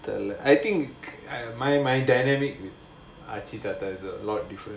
the I think my my dynamic aachi thatha thatha is a lot different